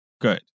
good